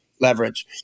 leverage